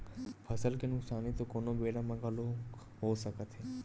फसल के नुकसानी तो कोनो बेरा म घलोक हो सकत हे